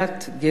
גזע,